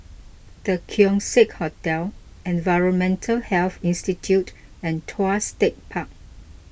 the Keong Saik Hotel Environmental Health Institute and Tuas Tech Park